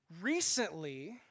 Recently